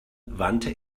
wandte